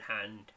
hand